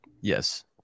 Yes